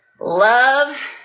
love